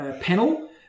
panel